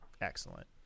excellent